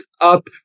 up